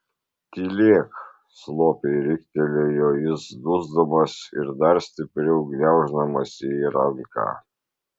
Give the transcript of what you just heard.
tylėk slopiai riktelėjo jis dusdamas ir dar stipriau gniauždamas jai ranką